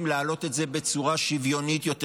להעלות את זה בצורה שוויונית יותר,